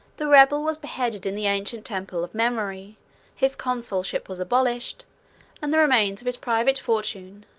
the rebel was beheaded in the ancient temple of memory his consulship was abolished and the remains of his private fortune,